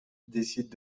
décident